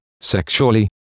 sexually